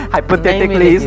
Hypothetically